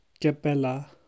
Capella